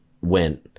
went